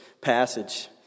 passage